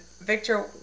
victor